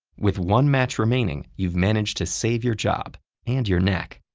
with one match remaining, you've managed to save your job and your neck.